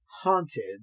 haunted